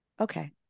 Okay